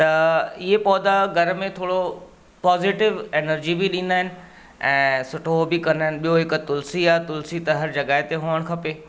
त इहे पौधा घर में थोरो पॉज़िटिव एनर्जी बि ॾींदा आहिनि ऐं सुठो बि कंदा आहिनि ॿियो हिकु तुलसी आहे तुलसी त हर जॻह ते हुजणु खपे